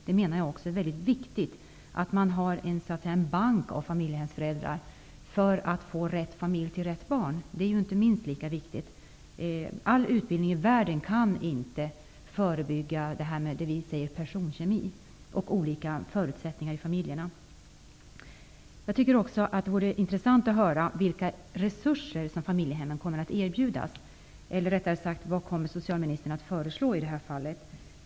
Det är mycket viktigt att det finns en ''bank'' av familjehemsföräldrar för att få rätt familj till rätt barn. Det är minst lika viktigt. All utbildning i världen kan inte förebygga problem med det vi kallar för personkemi och olika förutsättningar i familjerna. Det vore intressant att höra vilka resurser familjehemmen kommer att erbjudas. Vad kommer socialministern att föreslå i detta fall?